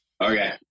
Okay